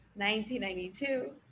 1992